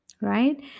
right